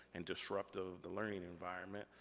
and disruptive of the learning environment,